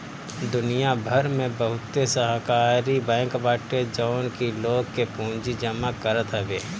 दुनिया भर में बहुते सहकारी बैंक बाटे जवन की लोग के पूंजी जमा करत हवे